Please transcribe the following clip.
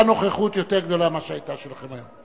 נוכחות יותר גדולה מאשר הנוכחות שלכם היום.